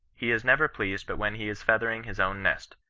he is never pleased but when he is feathering his own nest.